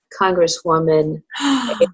congresswoman